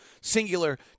singular